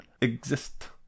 exist